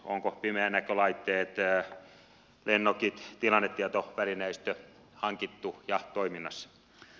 onko pimeänäkölaitteet lennokit tilannetietovälineistö hankittu ja toiminnassa